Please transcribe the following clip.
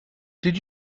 did